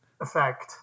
effect